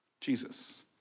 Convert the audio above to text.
Jesus